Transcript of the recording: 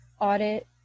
audit